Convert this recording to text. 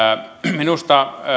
minusta